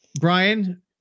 Brian